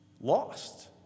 lost